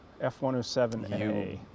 F-107A